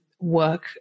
work